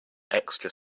extra